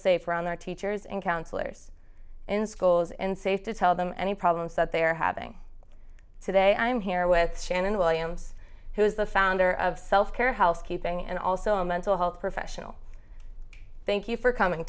safe around their teachers and counselors in schools and safe to tell them any problems that they are having today i'm here with shannon williams who's the founder of self care housekeeping and also a mental health professional thank you for coming